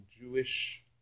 Jewish